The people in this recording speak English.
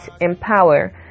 empower